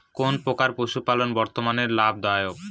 কোন প্রকার পশুপালন বর্তমান লাভ দায়ক?